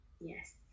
yes